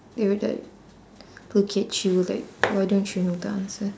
they will tell y~ look at you like why don't you know the answer